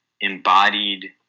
embodied